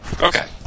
okay